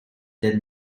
did